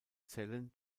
zellen